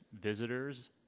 visitors